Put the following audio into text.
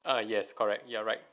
uh yes correct you're right